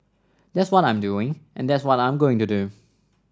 that's what I'm doing and that's what I'm going to do